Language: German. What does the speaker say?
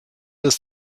ist